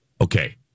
Okay